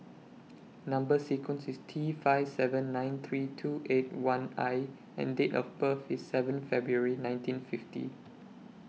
Number sequence IS T five seven nine three two eight one I and Date of birth IS seven February nineteen fifty